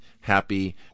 happy